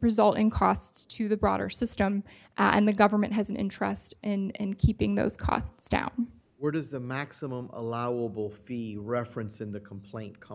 result in costs to the broader system and the government has an interest in keeping those costs down where does the maximum allowable fee reference in the complaint come